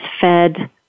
fed